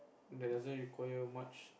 that doesn't require much